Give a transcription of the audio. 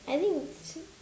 I think